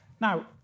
Now